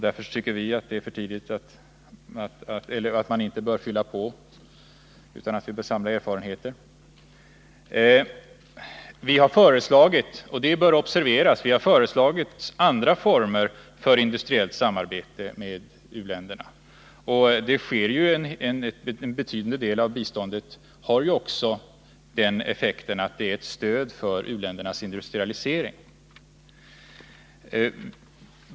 Därför tycker vi att man inte bör fylla på med mer pengar utan att vi bör samla erfarenheter. Vi har föreslagit, och det bör observeras, andra former för industriellt samarbete med u-länderna. En betydande del av biståndet har också den effekten att det är ett stöd för u-ländernas industrialisering.